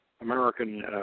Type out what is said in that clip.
American